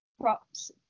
props